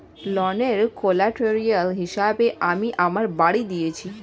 ঋনের কোল্যাটেরাল হিসেবে আমি আমার বাড়ি দিয়েছি